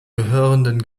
gehörenden